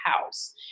house